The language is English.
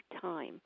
time